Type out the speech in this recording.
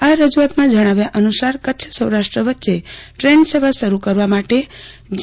આ રજુઆતમાં જણાવ્યા અનુસાર કચ્ય સૌરાષ્ટ્ર વચ્ચે ટ્રેન સેવા શરૂ કરવા માટે જી